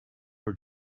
her